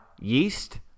yeast